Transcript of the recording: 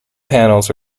panels